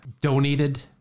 donated